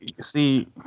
see